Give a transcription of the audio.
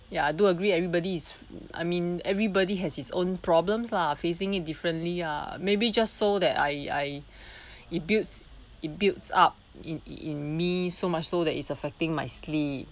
ya I do agree everybody is I mean everybody has its own problems ah facing it differently ah maybe just so that I I it builds it builds up in in me so much so that is affecting my sleep